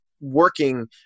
working